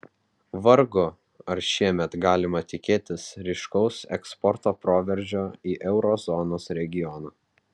vargu ar šiemet galima tikėtis ryškaus eksporto proveržio į euro zonos regioną